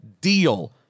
deal